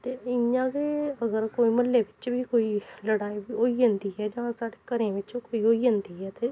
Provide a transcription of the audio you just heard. ते इ'यां गै अगर कोई म्हल्ले बिच्च बी कोई लड़ाई होई जंदी ऐ ते जां साढ़े घरें बिच्च कोई होई जंदी ऐ ते